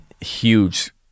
Huge